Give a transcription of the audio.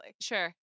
sure